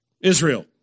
Israel